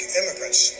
immigrants